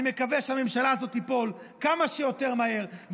אני מקווה שהממשלה הזאת תיפול כמה שיותר מהר.